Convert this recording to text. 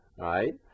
right